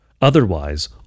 Otherwise